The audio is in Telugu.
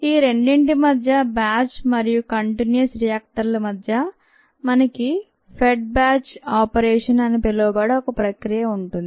ఈ రెండింటి మధ్య బ్యాచ్ మరియు కంటిన్యూయస్ రియాక్టర్ల మధ్య మనకి ఫెడ్ బ్యాచ్ ఆపరేషన్ అని పిలవబడే ఒక ప్రక్రియ ఉంటుంది